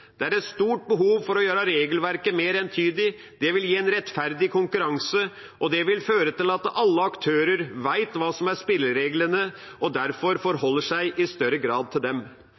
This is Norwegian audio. Det er et stort behov for å gjøre regelverket mer entydig. Det vil gi en rettferdig konkurranse, og det vil føre til at alle aktører vet hva som er spillereglene, og derfor forholder seg til dem i større grad.